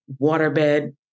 waterbed